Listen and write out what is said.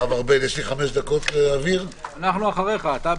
הישיבה ננעלה בשעה 14:37.